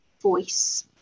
voice